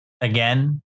Again